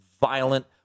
violent